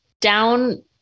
down